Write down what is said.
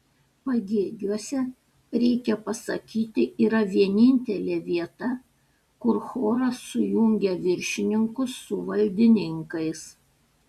pagėgiuose reikia pasakyti yra vienintelė vieta kur choras sujungia viršininkus su valdininkais